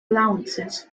allowances